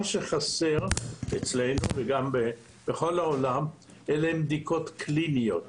מה שחסר אצלנו וגם בכל העולם אלה הן בדיקות קליניות.